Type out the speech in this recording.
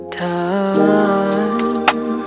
time